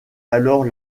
alors